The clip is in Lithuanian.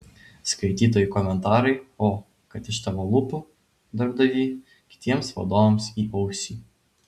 skaitytojų komentarai o kad iš tavo lūpų darbdavy kitiems vadovams į ausį